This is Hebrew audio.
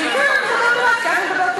אני כן מדברת אלייך כי את מדברת אלי,